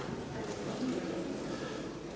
Hvala.